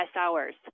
hours